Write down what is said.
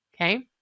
Okay